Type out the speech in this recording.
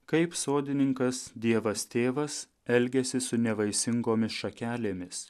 kaip sodininkas dievas tėvas elgiasi su nevaisingomis šakelėmis